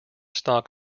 stock